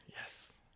Yes